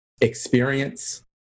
experience